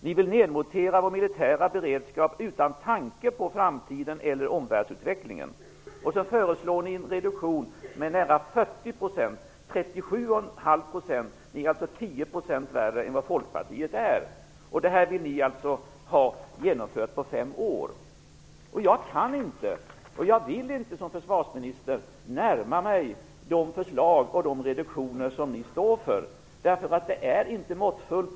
Ni vill nedmontera vår militära beredskap utan en tanke på framtiden eller utvecklingen i omvärlden. Ni föreslår också en reduktion med nära 40 %- 37,5 %. Det är alltså 10 % värre än Folkpartiets förslag. Det här vill ni ha genomfört på fem år. Jag kan inte och jag vill inte som försvarsminister närma mig de förslag och de reduktioner som ni står för. De är inte måttfulla.